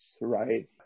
right